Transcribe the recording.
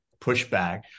pushback